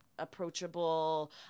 Approachable